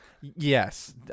yes